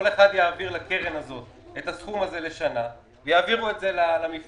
כל אחד יעביר לקרן הזאת את הסכום הזה לשנה ויעבירו למפעל